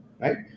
right